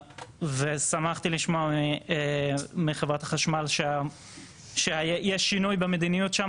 שמחתי לשמוע מחברת החשמל שיש שינוי במדיניות שם.